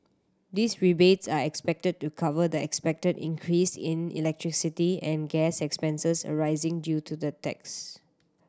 these rebates are expected to cover the expected increase in electricity and gas expenses arising due to the tax